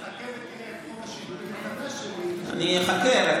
אז חכה ותראה את חוק השידורים החדש שלי, אני אחכה.